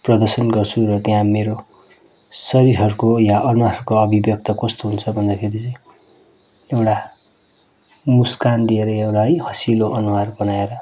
प्रदर्शन गर्छु र त्यहाँ मेरो शरीरहरूको या अनुहारहरूको अभिव्यक्त कस्तो हुन्छ भन्दाखेरि चाहिँ एउटा मुस्कान दिएर एउटा है हँसिलो अनुहार बनाएर